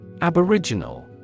Aboriginal